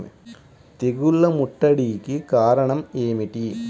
తెగుళ్ల ముట్టడికి కారణం ఏమిటి?